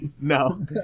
no